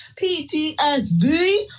PTSD